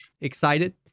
excited